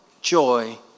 joy